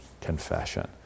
confession